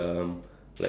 this one is